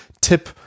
tip